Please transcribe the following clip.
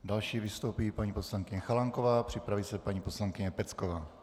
Jako další vystoupí paní poslankyně Chalánková, připraví se paní poslankyně Pecková.